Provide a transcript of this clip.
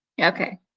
Okay